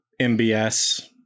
MBS